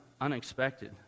unexpected